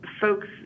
folks